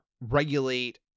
regulate